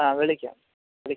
ആ വിളിക്കാം വിളിക്കാം